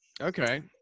okay